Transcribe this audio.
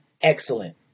excellent